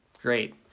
great